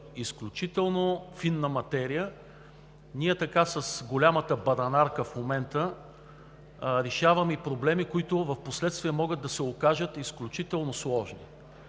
изключително фина материя, а ние така с голямата баданарка в момента решаваме проблеми, които впоследствие могат да се окажат изключително сложни.